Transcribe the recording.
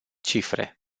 cifre